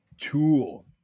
tool